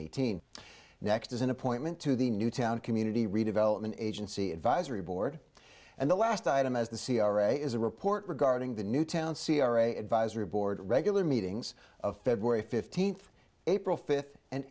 eighteen next is an appointment to the newtown community redevelopment agency advisory board and the last item as the c r a is a report regarding the newtown c r a advisory board regular meetings of february fifteenth april fifth and